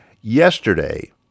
Yesterday